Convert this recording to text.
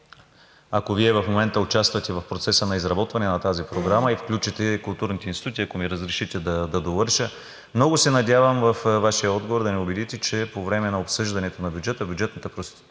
ако Вие в момента участвате в процеса на изработване на тази програма и включите културните институти. Ако ми разрешите, да довърша – много се надявам във Вашия отговор да ме убедите, че по време на обсъждането на бюджета, бюджетната процедура,